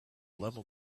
level